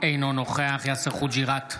אינו נוכח יאסר חוג'יראת,